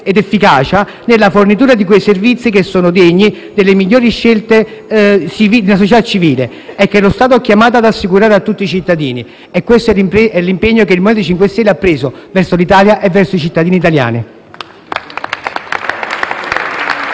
ed efficienza nella fornitura di quei servizi che sono degni delle migliori società civili e che lo Stato è chiamato ad assicurare a tutti i cittadini. Questo è l'impegno che il MoVimento 5 Stelle ha preso verso l'Italia e verso i cittadini italiani.